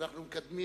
אנחנו מקדמים